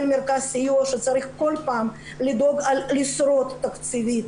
מרכז סיוע שצריך כל פעם לדאוג להישרדות תקציבית.